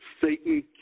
Satan